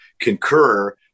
concur